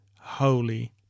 holy